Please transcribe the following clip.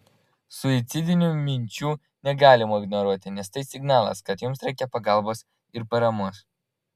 suicidinių minčių negalima ignoruoti nes tai signalas kad jums reikia pagalbos ir paramos